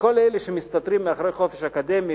כל אלה שמסתתרים מאחורי חופש אקדמי,